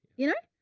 you know,